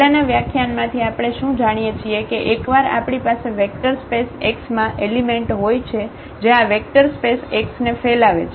પહેલાનાં વ્યાખ્યાનમાંથી આપણે શું જાણીએ છીએ કે એકવાર આપણી પાસે વેક્ટર સ્પેસ x માં એલિમેન્ટ હોય છે જે આ વેક્ટર સ્પેસ x ને ફેલાવે છે